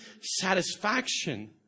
satisfaction